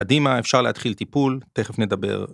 אדימה אפשר להתחיל טיפול תכף נדבר.